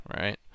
right